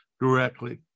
directly